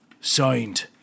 Signed